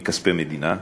מכספי מדינה.